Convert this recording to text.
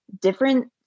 different